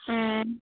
ꯎꯝ